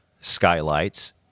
skylights